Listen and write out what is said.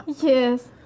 Yes